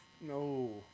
no